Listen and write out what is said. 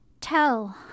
tell